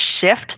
shift